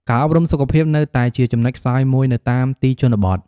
ការអប់រំសុខភាពនៅតែជាចំណុចខ្សោយមួយនៅតាមទីជនបទ។